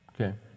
Okay